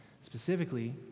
Specifically